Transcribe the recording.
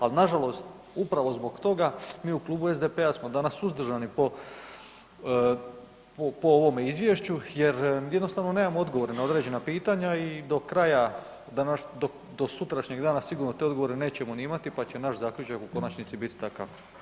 Ali na žalost upravo zbog toga mi u Klubu SDP-a smo danas suzdržani po ovome Izvješću jer jednostavno nemamo odgovore na određena pitanja i do sutrašnjeg dana sigurno te odgovore nećemo niti imati, pa će naš zaključak u konačnici biti takav.